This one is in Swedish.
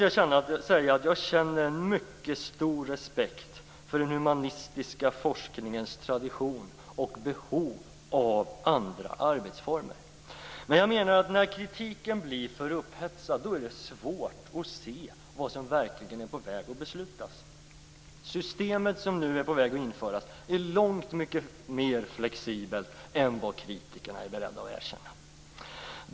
Jag känner själv en mycket stor respekt för den humanistiska forskningens tradition och behov av andra arbetsformer. När kritiken blir för upphetsad är det svårt att se vad som verkligen är på väg att beslutas. Det system som nu är på väg att införas är långt mycket mer flexibelt än vad kritikerna är beredda att erkänna.